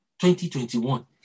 2021